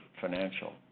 Financial